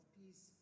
peace